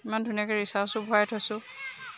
ইমান ধুনীয়াকৈ ৰিচাৰ্চো ভৰাই থৈছোঁ